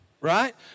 right